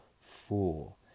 fool